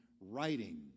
writing